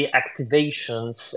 activations